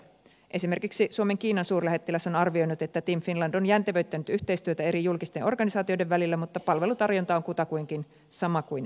esimerkiksi suomen kiinan suurlähettiläs on arvioinut että team finland on jäntevöittänyt yhteistyötä eri julkisten organisaatioiden välillä mutta palvelutarjonta on kutakuinkin sama kuin ennen